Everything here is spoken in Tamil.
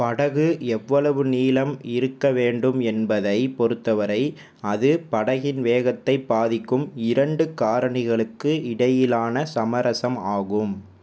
படகு எவ்வளவு நீளம் இருக்க வேண்டும் என்பதைப் பொறுத்தவரை அது படகின் வேகத்தை பாதிக்கும் இரண்டு காரணிகளுக்கு இடையிலான சமரசம் ஆகும்